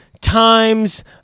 times